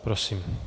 Prosím.